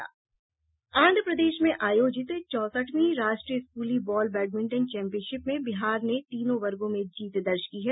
आंध्रप्रदेश में आयोजित चौसठवीं राष्ट्रीय स्कूली बॉल बैडमिंटन चैंपिनयशिप में बिहार ने तीनों वर्गो में जीत दर्ज की है